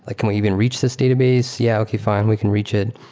like can we even reach this database? yeah. okay, fine. we can reach it.